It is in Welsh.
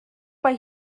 mae